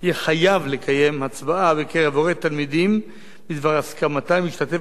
יהיה חייב לקיים הצבעה בקרב הורי תלמידים בדבר הסכמתם להשתתף